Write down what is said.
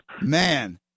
man